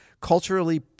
culturally